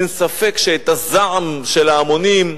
אין ספק שאת הזעם של ההמונים,